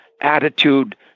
attitude